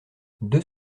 deux